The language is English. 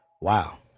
wow